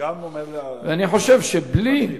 וגם אומר לי --- ואני חושב שבלי